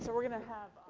so we're going to have